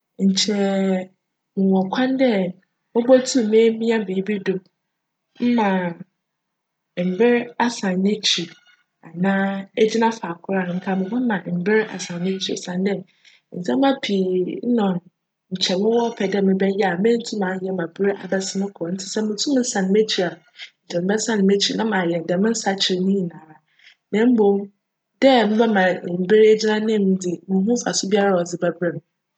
Nkyj mowc kwan dj mobotum m'emia biribi do mma mber asan n'ekyir anaa egyina faakor a, nnka mebjma mber asan n'ekyir osiandj ndzjmba pii na nkyj mowc pj dj mebjyj a menntum annyj ma ber abasin kc ntsi sj mutum me san m'ekyir a, nkyj mebjsan m'ekyir na mayj djm nsakyer ne nyinara na mbom dj mebjma mber egyina n'anan mu dze, munnhu mfaso a cdze bjberj me.